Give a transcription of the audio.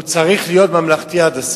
הוא צריך להיות ממלכתי עד הסוף.